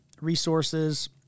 resources